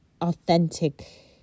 authentic